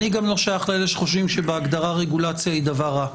אני גם לא שייך לאלה שחושבים שבהגדרה רגולציה היא דבר רע.